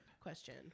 question